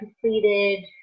completed